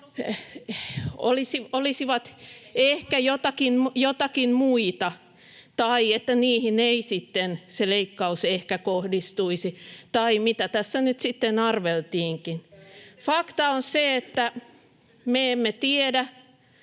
olisivat ehkä joitakin muita tai että niihin ei sitten se leikkaus ehkä kohdistuisi tai mitä tässä nyt sitten arveltiinkin. [Anne Rintamäki: